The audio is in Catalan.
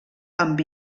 amb